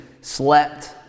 slept